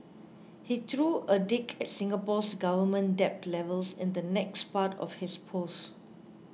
he threw a dig at Singapore's government debt levels in the next part of his post